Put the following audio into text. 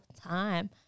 time